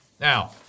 Now